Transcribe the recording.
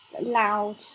loud